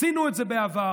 עשינו את זה בעבר,